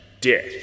death